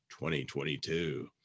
2022